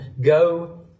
go